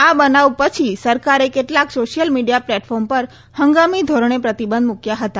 આ બનાવ પછી સરકારે કેટલાક સોશિયલ મીડિયા પ્લેટફોર્મ ઉપર હંગામી ધોરણે પ્રતિબંધ મૂક્યો હતો